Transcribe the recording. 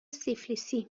سفلیسی